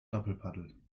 doppelpaddel